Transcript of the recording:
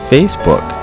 Facebook